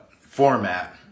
format